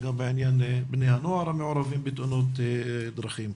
גם בעניין בני הנוער המעורבים בתאונות דרכים.